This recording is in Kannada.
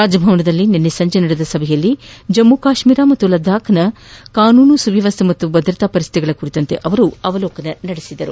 ರಾಜಭವನದಲ್ಲಿ ನಿನ್ನೆ ಸಂಜೆ ನಡೆದ ಸಭೆಯಲ್ಲಿ ಜಮ್ಮು ಕಾಶ್ಮೀರ ಮತ್ತು ಲಡಾಕ್ನ ಕಾನೂನು ಸುವ್ಯವಸ್ಥೆ ಮತ್ತು ಭದ್ರತಾ ಪರಿಸ್ಥಿತಿಗಳ ಕುರಿತಂತೆ ಅವರು ಅವಲೋಕನ ನಡೆಸಿದರು